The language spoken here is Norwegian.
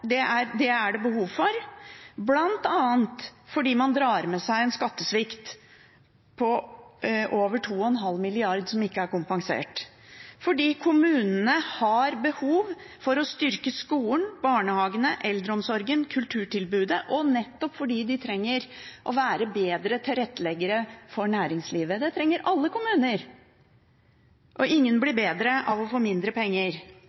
mrd. kr. Det er det behov for – bl.a. fordi man drar med seg en skattesvikt på over 2,5 mrd. kr, som ikke er kompensert – fordi kommunene har behov for å styrke skolen, barnehagene, eldreomsorgen og kulturtilbudet, og nettopp fordi de trenger å være bedre tilretteleggere for næringslivet. Det trenger alle kommuner, og ingen blir bedre av å få mindre penger.